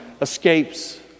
escapes